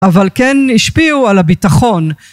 אבל כן השפיעו על הביטחון